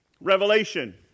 Revelation